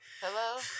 Hello